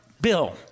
bill